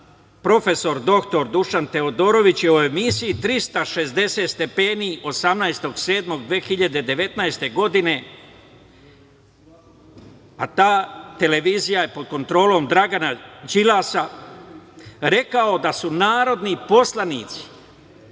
prof. dr Dušan Teodorović je u emisiji „360 stepeni“ 18. jula 2019. godine, a ta televizija je pod kontrolom Dragana Đilasa, rekao da su narodni poslanici